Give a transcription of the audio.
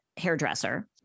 hairdresser